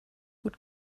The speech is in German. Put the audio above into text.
gut